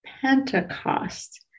Pentecost